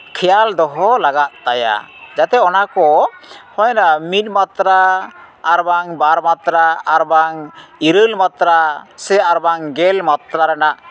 ᱠᱷᱮᱭᱟᱞ ᱫᱚᱦᱚ ᱞᱟᱜᱟᱜ ᱛᱟᱭᱟ ᱡᱟᱛᱮ ᱚᱱᱟ ᱠᱚ ᱦᱳᱭᱱᱟ ᱢᱤᱫ ᱢᱟᱛᱨᱟ ᱟᱨ ᱵᱟᱝ ᱵᱟᱨ ᱢᱟᱛᱨᱟ ᱟᱨ ᱵᱟᱝ ᱤᱨᱟᱹᱞ ᱢᱟᱛᱨᱟ ᱥᱮ ᱟᱨ ᱵᱟᱝ ᱜᱮᱞ ᱢᱟᱛᱨᱟ ᱨᱮᱱᱟᱜ